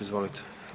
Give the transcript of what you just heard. Izvolite.